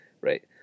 Right